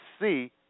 see